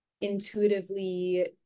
intuitively